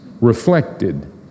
reflected